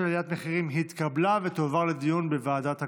עליית מחירים התקבלה ותועבר לדיון בוועדת הכלכלה.